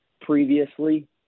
previously